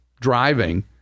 driving